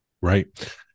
Right